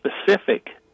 specific